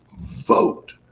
vote